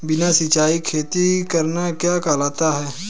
बिना सिंचाई खेती करना क्या कहलाता है?